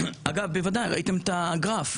בוודאי, ראיתם את הגרף.